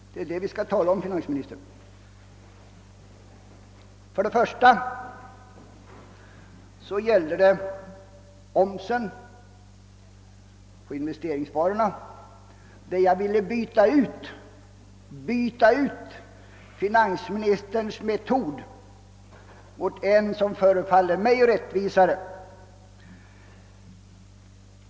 Det är dem vi skall tala om, herr finansminister. Först och främst gällde det omsen på investeringsvarorna, där jag ville byta ut finansministerns metod mot en som förefaller mig rättvisare.